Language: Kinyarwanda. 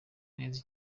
neza